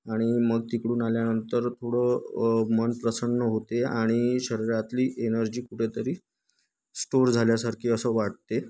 आणि मग तिकडून आल्यानंतर थोडं मन प्रसन्न होते आणि शरीरातली एनर्जी कुठेतरी स्टोअर झाल्यासारखी असं वाटते